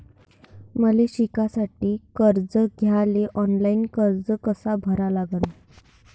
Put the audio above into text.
मले शिकासाठी कर्ज घ्याले ऑनलाईन अर्ज कसा भरा लागन?